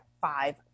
five